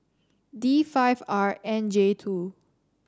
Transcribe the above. D five R nine J two